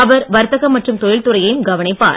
அவர் வர்த்தக மற்றும் தொழில்துறையையும் கவனிப்பார்